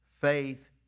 Faith